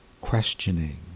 questioning